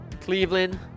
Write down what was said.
Cleveland